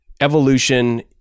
Evolution